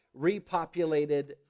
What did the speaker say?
repopulated